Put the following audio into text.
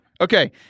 Okay